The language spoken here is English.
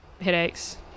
headaches